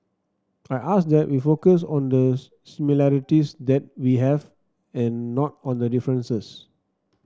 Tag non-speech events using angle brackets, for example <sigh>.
I ask that we focus on the <unintelligible> similarities that we have and not on the differences